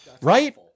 Right